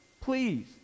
Please